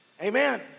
Amen